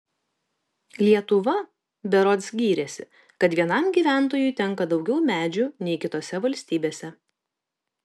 lietuva berods gyrėsi kad vienam gyventojui tenka daugiau medžių nei kitose valstybėse